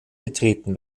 betreten